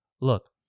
look